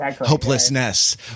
Hopelessness